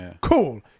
cool